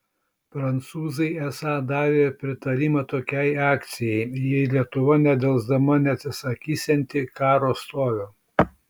prancūzai esą davė pritarimą tokiai akcijai jei lietuva nedelsdama neatsisakysianti karo stovio